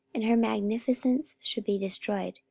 and her magnificence should be destroyed,